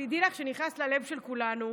תדעי לך שנכנסת ללב של כולנו,